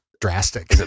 drastic